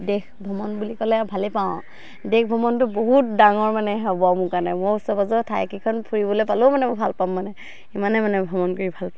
দেশ ভ্ৰমণ বুলি ক'লে ভালেই পাওঁ দেশ ভ্ৰমণটো বহুত ডাঙৰ মানে হ'ব মোৰ কাৰণে মই ওচৰ পাজৰৰ ঠাইকেইখন ফুৰিবলৈ পালেও মানে মই ভাল পাম মানে ইমানে মানে ভ্ৰমণ কৰি ভাল পাওঁ